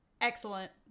Excellent